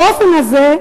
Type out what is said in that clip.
באופן הזה,